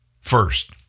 First